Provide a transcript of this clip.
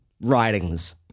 writings